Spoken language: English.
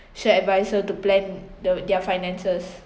advisor to plan the their finances